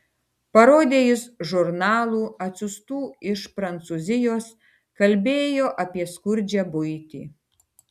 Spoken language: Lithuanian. parodė jis žurnalų atsiųstų iš prancūzijos kalbėjo apie skurdžią buitį